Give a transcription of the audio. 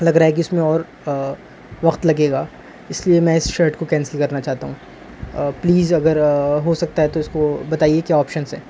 لگ رہا ہے کہ اس میں اور وقت لگے گا اس لیے میں اس شرٹ کو کینسل کرنا چاہتا ہوں پلیز اگر ہو سکتا ہے تو اس کو بتائیے کیا آپشنس ہیں